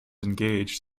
engaged